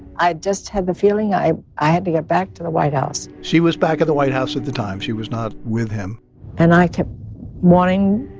i just had the feeling i i had to get back to the white house she was back at the white house at the time. she was not with him and i kept wanting